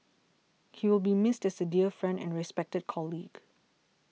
he will be missed as a dear friend and respected colleague